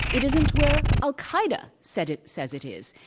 it isn't where al-qaeda says it says it is.